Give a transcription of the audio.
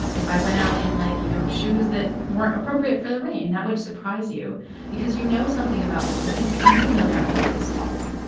if i went out in, like, you know, shoes that weren't appropriate for the rain. that would surprise you because you know something about my belief even though that belief is false.